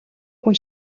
хүн